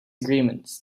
agreement